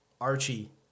Archie